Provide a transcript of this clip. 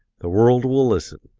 the world will listen,